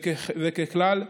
ככלל,